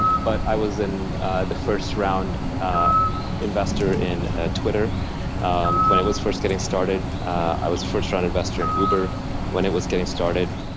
but but i was in the first round investor in ah twitter um when it was first getting started. i was a first round investor in uber when it was getting started.